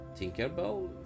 Tinkerbell